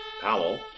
Powell